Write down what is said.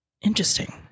Interesting